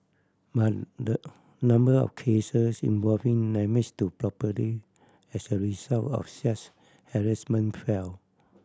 but the number of cases involving damage to property as a result of such harassment fell